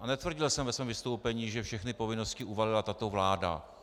A netvrdil jsem ve svém vystoupení, že všechny povinnosti uvalila tato vláda.